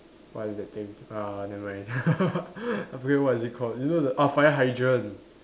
what is that thing uh never mind I forgot what is it called you know the ah fire hydrant